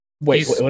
Wait